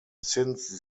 since